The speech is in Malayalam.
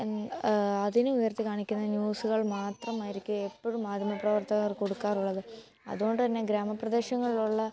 എന് അതിന് ഉയർത്തിക്കാണിക്കുന്ന ന്യൂസുകൾ മാത്രമായിരിക്കുമെപ്പൊഴും മാധ്യമപ്രവർത്തകർ കൊടുക്കാറുള്ളത് അതുകൊണ്ടു തന്നെ ഗ്രാമപ്രദേശങ്ങളിലുള്ള